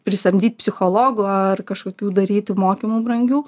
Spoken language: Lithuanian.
prisamdyt psichologų ar kažkokių daryti mokymų brangių